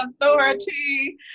Authority